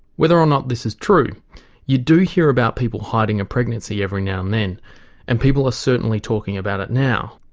whether or not this is true you do hear about people hiding a pregnancy every now and then and people are certainly talking about it now.